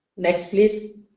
next please.